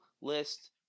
list